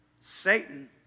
Satan